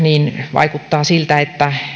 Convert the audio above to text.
vaikuttaa siltä että